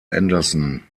anderson